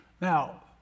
Now